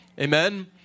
Amen